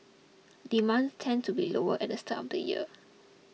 demand tends to be lower at the start of the year